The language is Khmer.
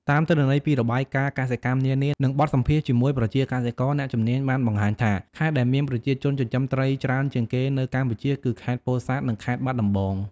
តាមទិន្នន័យពីរបាយការណ៍កសិកម្មនានា និងបទសម្ភាសន៍ជាមួយប្រជាកសិករ អ្នកជំនាញបានបង្ហាញថា ខេត្តដែលមានប្រជាជនចិញ្ចឹមត្រីច្រើនជាងគេនៅកម្ពុជាគឺ ខេត្តពោធិ៍សាត់ និង ខេត្តបាត់ដំបង។